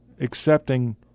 accepting